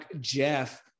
Jeff